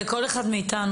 לכל אחד מאיתנו,